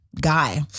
guy